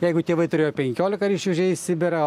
jeigu tėvai turėjo penkiolika ir išvežė į sibirą